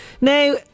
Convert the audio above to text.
Now